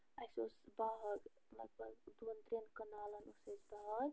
اَسہِ اوس باغ لگ بگ دۄن ترٛٮ۪ن کنالن اوس اَسہِ باغ